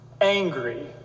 angry